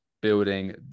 building